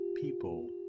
people